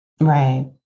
right